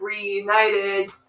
reunited